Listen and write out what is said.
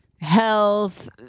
health